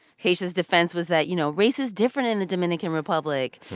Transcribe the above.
geisha's defense was that, you know, race is different in the dominican republic.